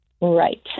Right